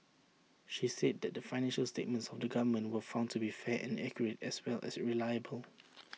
she said that the financial statements of the government were found to be fair and accurate as well as reliable